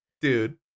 dude